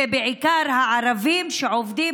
ובעיקר הערבים שעובדים,